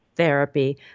therapy